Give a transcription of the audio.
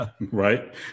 right